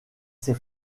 ses